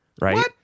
Right